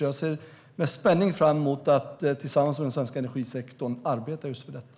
Jag ser med spänning fram emot att tillsammans med den svenska energisektorn arbeta för detta.